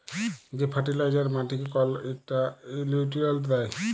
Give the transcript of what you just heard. যে ফার্টিলাইজার মাটিকে কল ইকটা লিউট্রিয়েল্ট দ্যায়